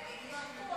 ראיתי שהבנת אותי.